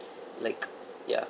like yeah